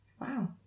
wow